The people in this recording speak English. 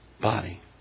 body